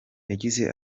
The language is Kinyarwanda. yagize